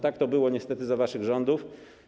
Tak to było niestety za waszych rządów.